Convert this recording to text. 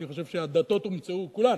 אני חושב שהדתות הומצאו, כולן,